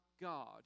God